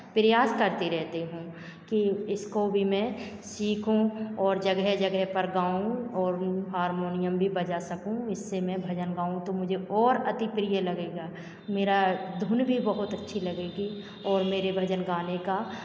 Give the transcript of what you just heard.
प्रयास करती रहती हूँ की इसको भी मैं सीखूँ और जगह जगह पर गाऊँ और हारमोनियम भी बजा सकूँ इससे मैं भजन गाऊँ तो मुझे और अति प्रिय लगेगा मेरा धुन भी बहुत अच्छी लगेगी और मेरे भजन गाने का